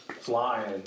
flying